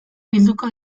bilduko